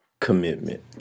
Commitment